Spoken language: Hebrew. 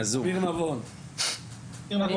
אם לא